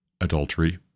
adultery